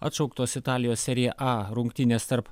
atšauktos italijos serija a rungtynės tarp